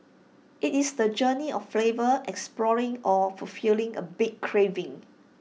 IT is the journey of flavor exploring or fulfilling A big craving